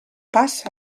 passa